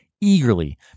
Eagerly